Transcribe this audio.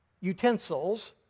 utensils